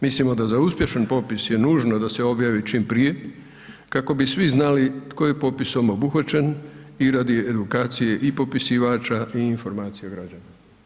Mislim da je za uspješan popis nužno da se objavi čim prije kako bi svi znali tko je popisom obuhvaćen i radi edukacije i popisivača i informacija građana.